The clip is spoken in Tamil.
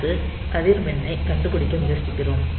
அடுத்து அதிர்வெண்ணைக் கண்டுபிடிக்க முயற்சிக்கிறோம்